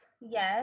yes